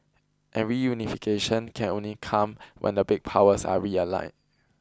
and reunification can only come when the big powers are realigned